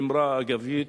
באמירה אגבית,